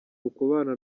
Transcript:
ukubana